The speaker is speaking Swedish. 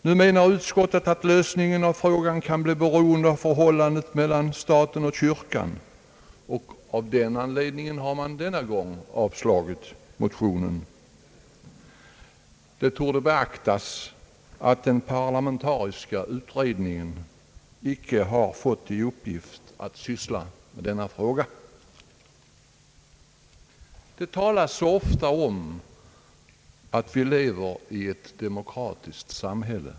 Nu menar utskottet att lösningen av frågan kan bli beroende av förhållandet mellan stat och kyrka, och av den anledningen har man denna gång avstyrkt motionen. Det torde beaktas att den parlamentariska utredningen icke har fått till uppgift att syssla med denna fråga. Det talas så ofta om att vi lever i ett demokratiskt samhälle.